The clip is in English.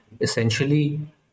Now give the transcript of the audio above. essentially